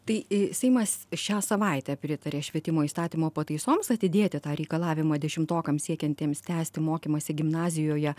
tai i seimas šią savaitę pritarė švietimo įstatymo pataisoms atidėti tą reikalavimą dešimtokams siekiantiems tęsti mokymąsi gimnazijoje